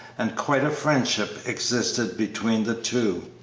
and quite a friendship existed between the two.